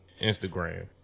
Instagram